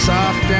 Soft